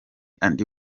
andi